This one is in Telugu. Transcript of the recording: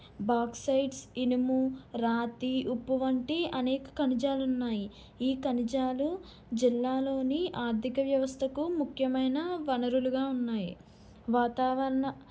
బాక్సైడ్స్ ఇనుము రాతి ఉప్పు వంటి అనేక ఖనిజాలు ఉన్నాయి ఈ ఖనిజాలు జిల్లాలోని ఆర్థిక వ్యవస్థకు ముఖ్యమైన వనరులుగా ఉన్నాయి వాతావరణ